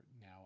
now